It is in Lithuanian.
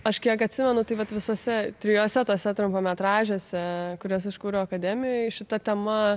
aš kiek atsimenu tai vat visose trijose tuose trumpametražiuose kurias aš kūriau akademijoj šita tema